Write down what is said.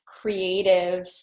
creative